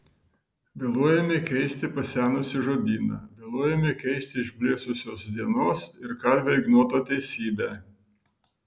vėluojame keisti pasenusį žodyną vėluojame keisti išblėsusios dienos ir kalvio ignoto teisybę